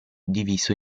diviso